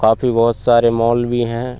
काफ़ी बहुत सारे मॉल भी हैं